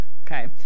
Okay